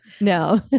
no